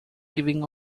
giving